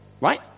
right